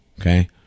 Okay